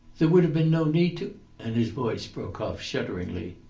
there would have been no need to and his voice broke off shudderingly.